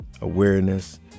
Awareness